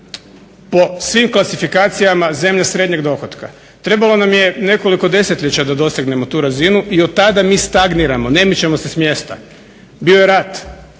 po svim klasifikacijama zemlja srednjeg dohotka. Trebalo nam je nekoliko desetljeća da dosegnemo tu razinu i od tada mi stagniramo, ne mičemo se s mjesta. Bio je rat,